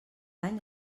any